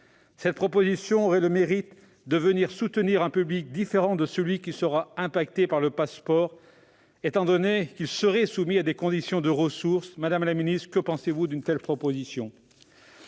Cette proposition aurait le mérite de bénéficier à un public différent de celui qui sera concerné par le Pass'Sport, étant donné que celui-ci serait soumis à des conditions de ressources. Madame la ministre, que pensez-vous d'une telle initiative ?